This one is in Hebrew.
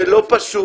זה לא פשוט,